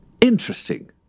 Interesting